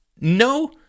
no